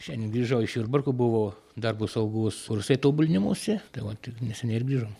šiandien grįžau iš jurbarko buvo darbo saugos kursai tobulinimosi tai vat neseniai ir grįžom